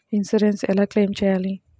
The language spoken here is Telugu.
ఇన్సూరెన్స్ ఎలా క్లెయిమ్ చేయాలి?